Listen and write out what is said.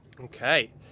Okay